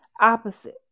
opposite